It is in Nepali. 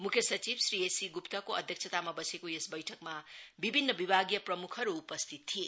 मुख्य सचिव श्री एससी गुप्तको अध्यक्षतामा बसेको यस बैठकमा विभिन्न विभागीय प्रमुखहरू उपस्थित थिए